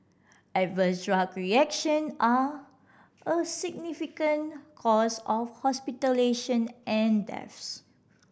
adverse drug reaction are a significant cause of hospitalisation and deaths